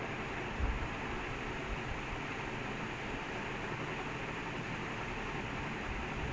he moved to druck dude the story damn nice lah he took err his whole shirt his started with south hampton right